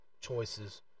choices